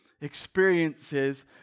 experiences